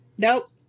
Nope